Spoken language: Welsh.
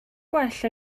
gwell